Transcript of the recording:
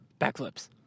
backflips